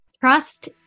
Trust